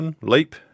leap